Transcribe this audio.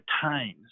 times